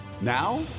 Now